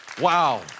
Wow